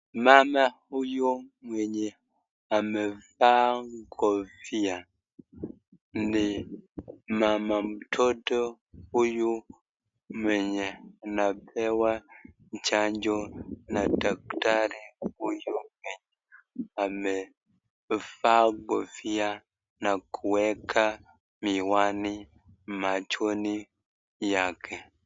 Mama huyu mwenye amevaa kofia ni mama mtoto huyu mwenye anapewa chanjo na daktari huyu mwenye amevaa kofia na kuweka miwani machoni yake.